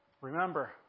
Remember